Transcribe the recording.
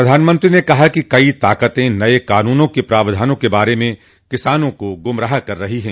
प्रधानमंत्री ने कहा कि कई ताकतें नये कानूनों के प्रावधानों के बारे में किसानों को गुमराह कर रही हैं